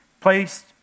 placed